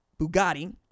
Bugatti